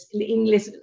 English